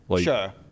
Sure